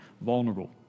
vulnerable